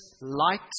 light